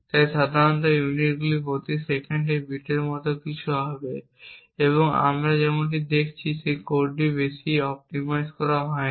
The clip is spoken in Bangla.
তাই সাধারণত ইউনিটগুলি প্রতি সেকেন্ডে বিটের মতো কিছু হবে এবং আমরা এখানে যেমনটি দেখছি কোডটি খুব বেশি অপ্টিমাইজ করা হয়নি